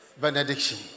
benediction